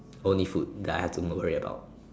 only food that I have to worry about